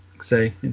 say